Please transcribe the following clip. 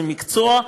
זה מקצוע,